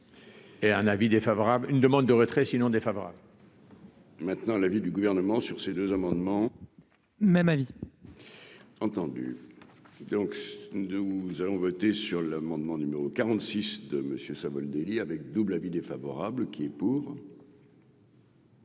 et un avis défavorable, une demande de retrait sinon défavorable. Maintenant l'avis du gouvernement sur ces deux amendements. Même avis. Entendu donc de où nous allons voter sur l'amendement numéro 46 de monsieur Savoldelli avec double avis défavorable qui est pour.